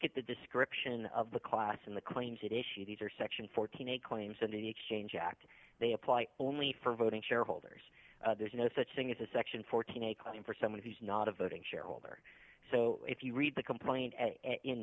at the description of the class in the claims that issue these are section fourteen a claims in the exchange act they apply only for voting shareholders there's no such thing as a section fourteen a claim for someone who is not a voting shareholder so if you read the complaint in